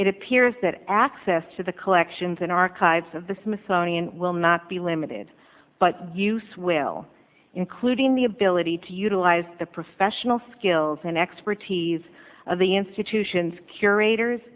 it appears that access to the collections and archives of the smithsonian will not be limited but use will including the ability to utilize the professional skills and expertise of the institutions curators